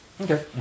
Okay